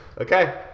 Okay